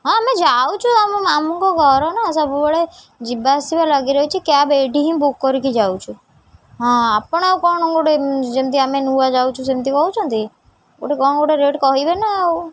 ହଁ ଆମେ ଯାଉଛୁ ଆମ ମାମୁଁଙ୍କ ଘର ନା ସବୁବେଳେ ଯିବା ଆସିବା ଲାଗି ରହିଛି କ୍ୟାବ୍ ଏଇଠି ହିଁ ବୁକ୍ କରିକି ଯାଉଛୁ ହଁ ଆପଣ ଆଉ କ'ଣ ଗୋଟେ ଯେମିତି ଆମେ ନୂଆ ଯାଉଛୁ ସେମିତି କହୁଛନ୍ତି ଗୋଟେ କ'ଣ ଗୋଟେ ରେଟ୍ କହିବେ ନା ଆଉ